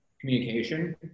communication